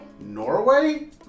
Norway